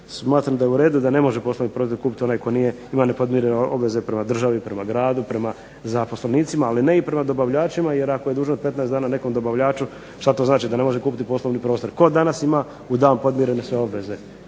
smatram da je u redu da ne može poslovni prostor kupiti onaj tko ima nepodmirene obveze prema državi, prema gradu, prema zaposlenicima, ali ne i prema dobavljačima jer ako je dužan 15 dana nekom dobavljaču što to znači da ne može kupiti poslovni prostor? Tko danas ima u dan podmirene sve obveze?